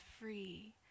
free